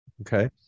Okay